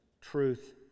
truth